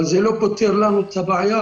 אבל זה לא פותר לנו את הבעיה.